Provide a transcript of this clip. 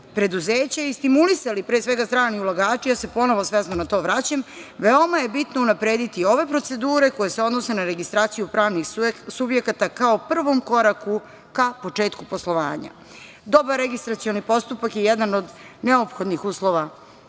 preduzeća i stimulisali pre svega strani ulagači, ja se ponovo svesno na to vraćam, veoma je bitno unaprediti ove procedure koje se odnose na registraciju pravnih subjekata kao prvom koraku ka početku poslovanja. Dobar registracioni postupak je jedan od neophodnih uslova